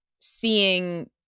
seeing